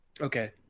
Okay